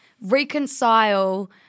reconcile